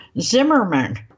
Zimmerman